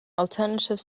alternative